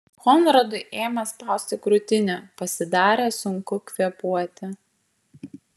konradui ėmė spausti krūtinę pasidarė sunku kvėpuoti